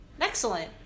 Excellent